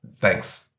thanks